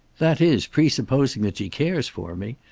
that is presupposing that she cares for me.